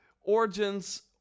Origins